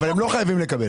אבל הם לא חייבים לקבל?